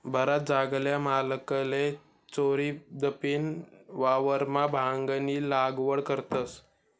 बराच जागल्या मालकले चोरीदपीन वावरमा भांगनी लागवड करतस